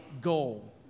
goal